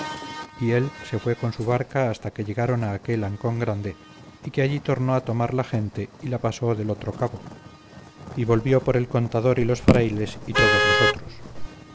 y él se fue con su barca hasta que llegaron a aquel ancón grande y que allí tornó a tomar la gente y la pasó del otro cabo y volvió por el contador y los frailes y todos los otros